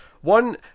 One